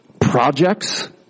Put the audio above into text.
Projects